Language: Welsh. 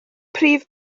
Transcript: prif